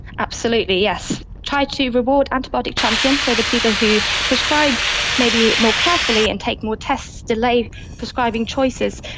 absolutely, yes. try to reward antibiotic champions, so the people who prescribe maybe more carefully and take more tests, delay prescribing choices,